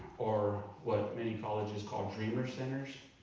or what many colleges call dreamer centers.